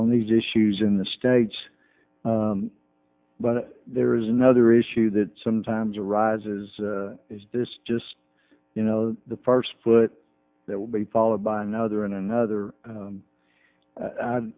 on these issues in the stage but there is another issue that sometimes arises is this just you know the first foot that will be followed by another and another